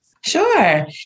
Sure